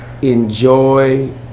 Enjoy